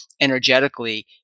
energetically